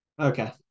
Okay